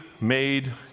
made